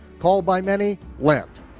called by many, lent.